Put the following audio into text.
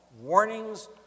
Warnings